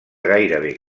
gairebé